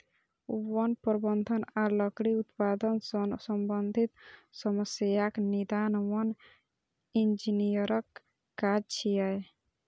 वन प्रबंधन आ लकड़ी उत्पादन सं संबंधित समस्याक निदान वन इंजीनियरक काज छियै